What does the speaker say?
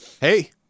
hey